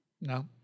No